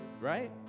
right